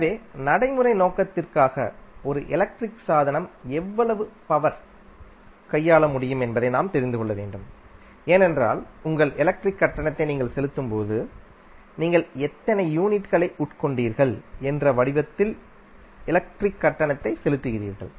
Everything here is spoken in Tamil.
எனவே நடைமுறை நோக்கத்திற்காக ஒரு எலக்ட்ரிக் சாதனம் எவ்வளவு பவர் கையாள முடியும் என்பதை நாம் அறிந்து கொள்ள வேண்டும் ஏனென்றால் உங்கள் எலக்ட்ரிக் கட்டணத்தை நீங்கள் செலுத்தும் போது நீங்கள் எத்தனை யூனிட்களை உட்கொண்டீர்கள் என்ற வடிவத்தில் எலக்ட்ரிக் கட்டணத்தை செலுத்துகிறீர்கள்